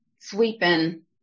sweeping